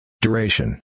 Duration